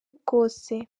bwose